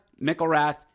Mickelrath